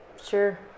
Sure